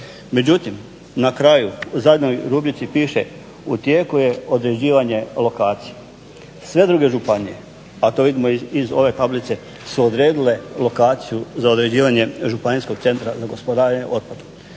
Međutim, na kraju u zadnjoj rubrici piše u tijeku je određivanje lokacije. Sve druge županije a to vidimo iz ove tablice su odredile lokaciju za određivanje županijskog centra za gospodarenje otpadom.